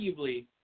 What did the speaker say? arguably